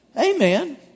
Amen